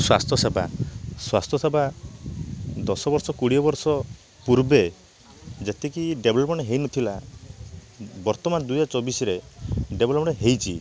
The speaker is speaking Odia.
ସ୍ଵାସ୍ଥ୍ୟସେବା ସ୍ୱାସ୍ଥ୍ୟସେବା ଦଶ ବର୍ଷ କୋଡ଼ିଏ ବର୍ଷ ପୂର୍ବେ ଯେତିକି ଡେଭଲପମେଣ୍ଟ ହେଇନଥିଲା ବର୍ତ୍ତମାନ ଦୁଇହଜାର ଚବିଶରେ ଡେଭଲପମେଣ୍ଟ ହେଇଛି